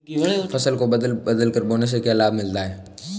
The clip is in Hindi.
फसल को बदल बदल कर बोने से क्या लाभ मिलता है?